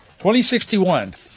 2061